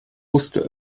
wusste